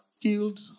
killed